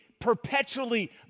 perpetually